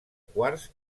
quars